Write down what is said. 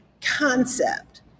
concept